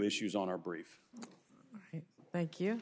issues on our brief thank you